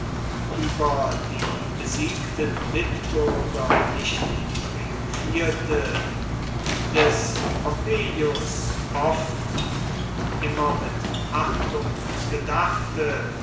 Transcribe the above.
über die besiegten mitbürger nicht triumphierte des pompeius oft und immer mit achtung gedachte